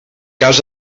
cas